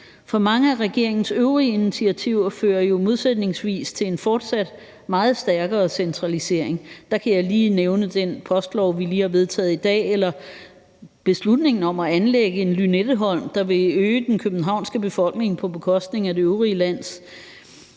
For mange af regeringens øvrige initiativer fører modsætningsvis til en fortsat meget stærkere centralisering. Der kan jeg lige nævne den postlov, vi lige har vedtaget i dag, eller beslutningen om at anlægge en Lynetteholm, der vil øge den københavnske befolkning på bekostning af det øvrige lands.